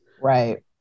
right